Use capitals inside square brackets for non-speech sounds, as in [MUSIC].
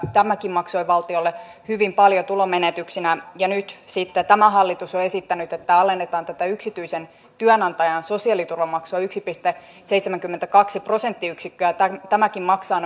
tämäkin maksoi valtiolle hyvin paljon tulonmenetyksinä ja nyt sitten tämä hallitus on esittänyt että alennetaan tätä yksityisen työnantajan sosiaaliturvamaksua yksi pilkku seitsemänkymmentäkaksi prosenttiyksikköä tämäkin tämäkin maksaa [UNINTELLIGIBLE]